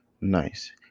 Nice